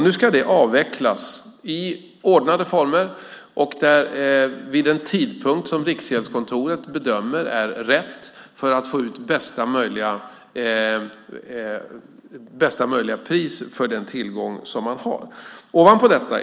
Nu ska det avvecklas i ordnade former och vid en tidpunkt som Riksgäldskontoret bedömer är rätt för att få ut bästa möjliga pris för den tillgång som man har.